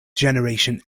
generation